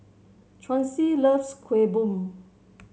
Chauncey loves Kueh Bom